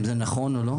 אם זה נכון או לא?